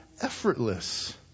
effortless